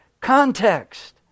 context